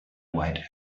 white